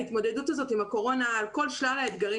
ההתמודדות הזאת עם הקורונה על כל שלל האתגרים